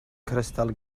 crystal